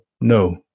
No